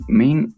main